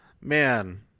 man